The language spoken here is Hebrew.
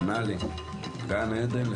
אני רוצה להבין את העניין הזה,